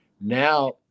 now